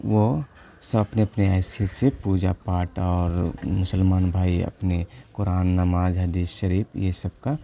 وہ سب اپنے اپنے حیثیت سے پوجا پاٹھ اور مسلمان بھائی اپنے قرآن نماز حدیث شریف یہ سب کا